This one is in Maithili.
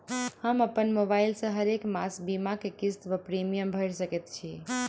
हम अप्पन मोबाइल सँ हरेक मास बीमाक किस्त वा प्रिमियम भैर सकैत छी?